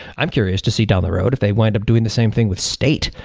i'm curious to see down the road if they wind up doing the same thing with state.